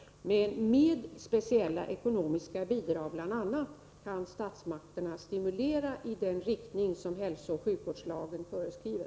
Med bl.a. speciella ekonomiska bidrag kan statsmakterna stimulera till de åtgärder som hälsooch sjukvårdslagen föreskriver.